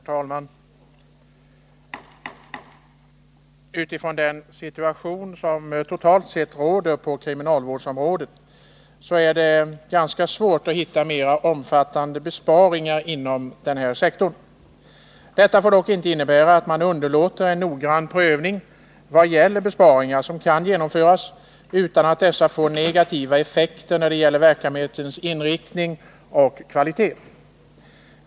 Herr talman! Utifrån den situation som totalt sett råder på kriminalvårdsområdet har det varit svårt att hitta mera omfattande besparingar inom denna sektor. Detta får dock inte innebära att man underlåter en noggrann prövning i vad gäller besparingar, som kan genomföras utan att de får negativa effekter i fråga om verksamhetens inriktning och kvalitet.